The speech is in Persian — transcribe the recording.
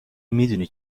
میدونی